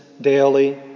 daily